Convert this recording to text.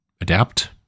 adapt